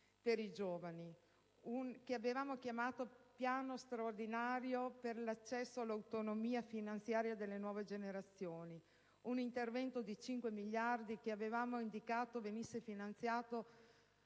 per i giovani, che avevamo chiamato Piano straordinario per l'accesso all'autonomia finanziaria delle nuove generazioni: un intervento di 5 miliardi che avevamo indicato venisse finanziato